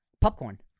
Popcorn